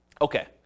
Okay